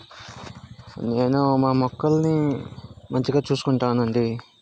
నేను మా మొక్కలని మంచిగా చూసుకుంటానండి